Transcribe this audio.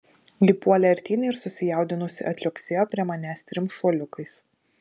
ji puolė artyn ir susijaudinusi atliuoksėjo prie manęs trim šuoliukais